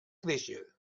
créixer